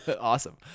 Awesome